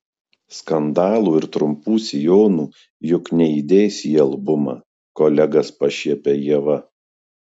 skandalų ir trumpų sijonų juk neįdėsi į albumą kolegas pašiepia ieva